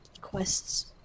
quests